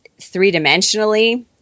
three-dimensionally